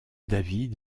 david